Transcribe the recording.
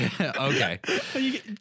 Okay